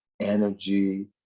energy